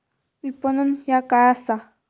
विपणन ह्या काय असा?